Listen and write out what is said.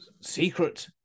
secret